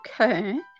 okay